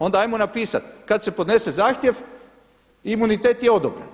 Onda hajmo napisati kad se podnese zahtjev imunitet je odobren.